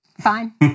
Fine